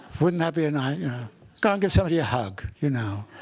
wouldn't that be a nice go on. give somebody a hug, you know?